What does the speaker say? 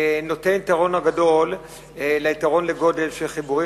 נותן את היתרון הגדול לגודל של חיבורים